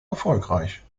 erfolgreich